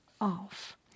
off